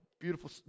Beautiful